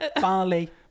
Barley